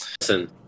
Listen